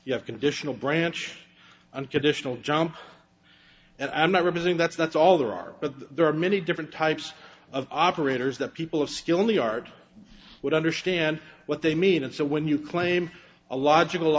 you have conditional branch and conditional jump and i represent that's that's all there are but there are many different types of operators that people have still only art would understand what they mean and so when you claim a logical